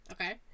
Okay